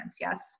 yes